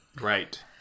right